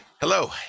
hello